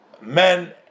men